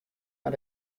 mar